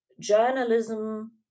journalism